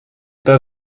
pas